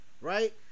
right